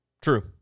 True